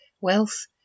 Wealth